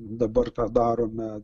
dabar tą darome